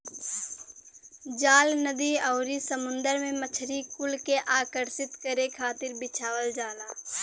जाल नदी आउरी समुंदर में मछरी कुल के आकर्षित करे खातिर बिछावल जाला